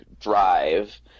drive